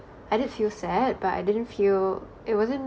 I did feel sad but I didn't feel it wasn't